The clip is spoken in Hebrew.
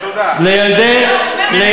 לילדי, תודה.